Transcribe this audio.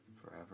forever